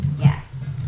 Yes